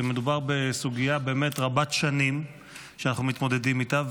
שמדובר בסוגיה באמת רבת-שנים שאנחנו מתמודדים איתה,